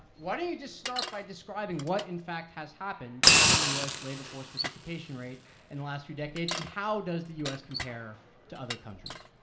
why don't you just start by describing what in fact has happened to the u s. labor force participation rate in the last few decades, and how does the u s. compare to other countries?